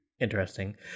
Interesting